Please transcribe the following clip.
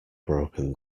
broken